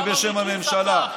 בשם עם ישראל ובשם הממשלה,